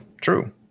True